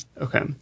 Okay